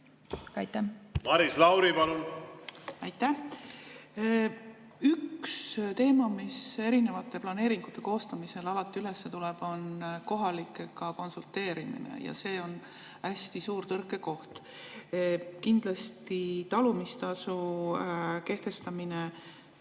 ei taha. Maris Lauri, palun! Aitäh! Üks teema, mis planeeringute koostamisel alati üles tuleb, on kohalikega konsulteerimine ja see on hästi suur tõrkekoht. Talumistasu kehtestamine